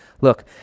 Look